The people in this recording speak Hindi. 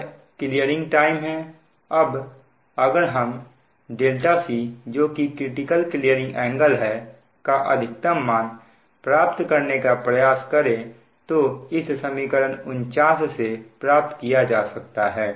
यह क्लीयरिंग टाइम है अब अगर हम c जो कि क्रिटिकल क्लियर एंगल है का अधिकतम मान प्राप्त करने का प्रयास करें तो इसे समीकरण 49 से प्राप्त किया जा सकता है